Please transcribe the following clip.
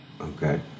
Okay